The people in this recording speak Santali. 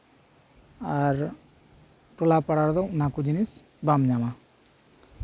ᱟᱨ ᱴᱚᱞᱟᱯᱟᱲᱟ ᱨᱮᱫᱚ ᱚᱱᱟ ᱠᱚ ᱡᱤᱱᱤᱥ ᱵᱟᱢ ᱧᱟᱢᱟ